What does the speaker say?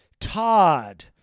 Todd